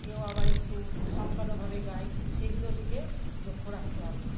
কেউ আবার একটু ঝমকানোভাবে গায় সেগুলোর দিকে লক্ষ্য রাখতে হবে